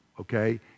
okay